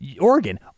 Oregon